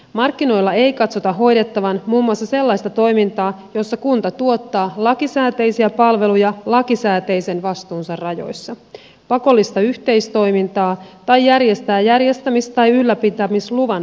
markkinoilla ei katsota hoidettavan muun muassa sellaista toimintaa jossa kunta tuottaa lakisääteisiä palveluja lakisääteisen vastuunsa rajoissa pakollista yhteistoimintaa tai järjestää järjestämis tai ylläpitämisluvan varaista opetusta